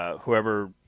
whoever